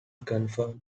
confirmed